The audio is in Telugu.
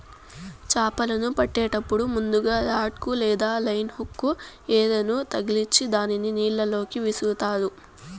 చాపలను పట్టేటప్పుడు ముందుగ రాడ్ కు లేదా లైన్ హుక్ కు ఎరను తగిలిచ్చి దానిని నీళ్ళ లోకి విసురుతారు